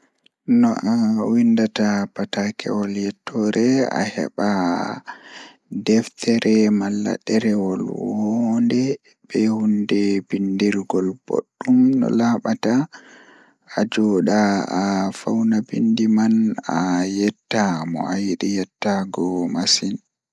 So aɗa waɗi thank you note, naatude joomde kadi aɗa miijo. Tawi daɗe e keewal, sabu tigi tawi no kadiɗo, ko aɗa miijo e hoore. Jooɗi hoore nder bayyinande, ko goɗɗum, ngam njamaaji ngal. Wowi e gollal gonnugo, foti waawugol fiɗɗirde. Naftu goonga njamaaji ngam fiyaama